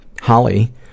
Holly